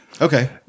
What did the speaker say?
Okay